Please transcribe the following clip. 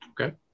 Okay